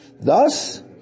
Thus